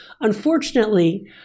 Unfortunately